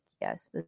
yes